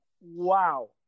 wow